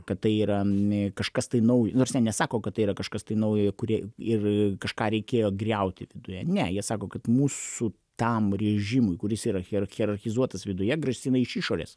kad tai yra n kažkas tai naujo nors nesako kad tai yra kažkas tai naujojo kur ir kažką reikėjo griauti viduje ne jie sako kad mūsų tam režimui kuris yra hierar hierarchizuotas viduje grasina iš išorės